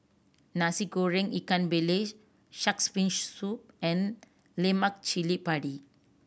Nasi Goreng ikan bilis Shark's Fin Soup and lemak cili padi